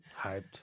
hyped